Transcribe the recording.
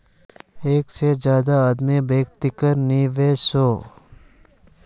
एक से ज्यादा आदमी व्यक्तिगत निवेसोत नि वोसोह